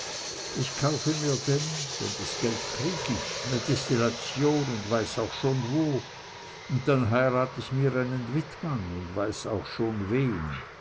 ich kaufe mir denn denn das geld krieg ich ne dest'lation und weiß auch schon wo und denn heirat ich mir einen witmann und weiß auch schon wen